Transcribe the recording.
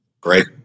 Great